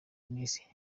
n’isi